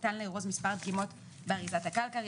ניתן לארוז מספר דגימות באריזת הקלקר,